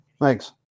Thanks